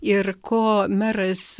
ir ko meras